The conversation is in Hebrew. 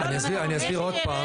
אני אסביר עוד פעם.